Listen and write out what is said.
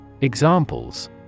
Examples